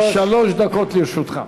שלוש דקות לרשותך.